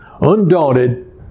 undaunted